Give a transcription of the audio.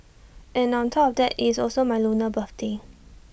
and on top of that IT is also my lunar birthday